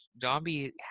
Zombie